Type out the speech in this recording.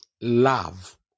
love